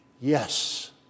Yes